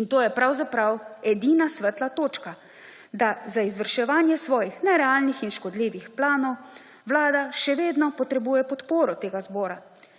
In to je pravzaprav edina svetla točka – da za izvrševanje svojih nerealnih in škodljivih planov Vlada še vedno potrebuje podporo tega zbora.